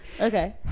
Okay